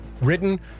written